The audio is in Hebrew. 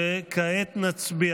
התקבל.